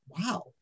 wow